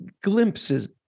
glimpses